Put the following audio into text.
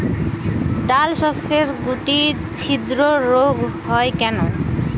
ডালশস্যর শুটি ছিদ্র রোগ হয় কেন?